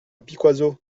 piquoiseau